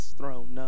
throne